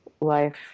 life